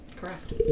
Correct